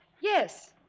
Yes